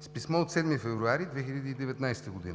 С писмо от 7 февруари 2019 г.